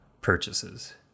purchases